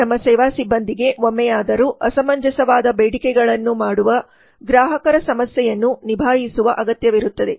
ನಮ್ಮ ಸೇವಾ ಸಿಬ್ಬಂದಿಗೆ ಒಮ್ಮೆಯಾದರೂ ಅಸಮಂಜಸವಾದ ಬೇಡಿಕೆಗಳನ್ನು ಮಾಡುವ ಗ್ರಾಹಕರ ಸಮಸ್ಯೆಯನ್ನು ನಿಭಾಯಿಸುವ ಅಗತ್ಯವಿರುತ್ತದೆ